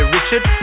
Richard